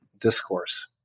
discourse